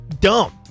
dumb